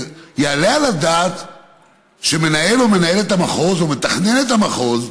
יעלה על הדעת שמנהל או מנהלת המחוז או מתכננת המחוז,